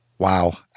Wow